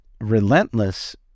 relentless